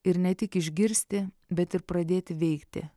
ir ne tik išgirsti bet ir pradėti veikti